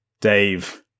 Dave